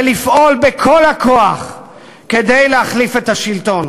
ולפעול בכל הכוח כדי להחליף את השלטון.